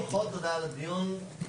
פחות, תודה על הדיון,